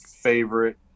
favorite